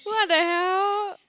what the hell